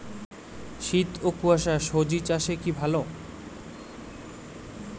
শীত ও কুয়াশা স্বজি চাষে কি ভালো?